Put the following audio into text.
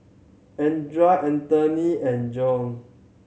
Andria Anthoney and Josue